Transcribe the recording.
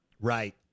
Right